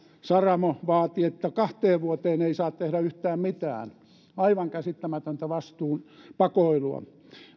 saramo vaati että kahteen vuoteen ei saa tehdä yhtään mitään aivan käsittämätöntä vastuunpakoilua